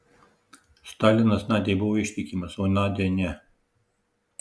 stalinas nadiai buvo ištikimas o nadia ne